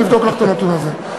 אני אבדוק לך את הנתון הזה.